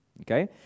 Okay